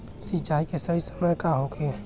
सिंचाई के सही समय का होखे?